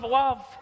love